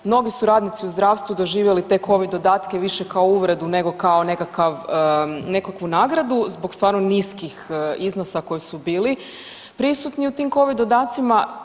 Mnogi su radnici u zdravstvu doživjeli te Covid dodatke više kao uvredu nego kao nekakav, nekakvu nagradu zbog stvarno niskim iznosu koji su bili prisutni u tim Covid dodacima.